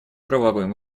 правовым